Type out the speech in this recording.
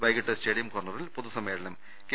വൈകീട്ട് സ്റ്റേഡിയം കോർണറിൽ പൊതുസമ്മേളനം കെ